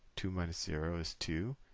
two minus zero is two.